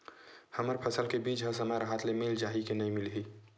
हमर फसल के बीज ह समय राहत ले मिल जाही के नी मिलही?